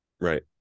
right